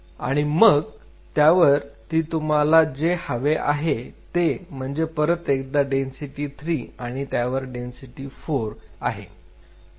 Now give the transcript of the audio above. आणि मग त्यावर ती तुम्हाला जे हवे आहे ते म्हणजे परत एकदा डेन्सिटी 3 आणि त्यावर डेन्सिटी 4 आहे